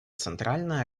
центральная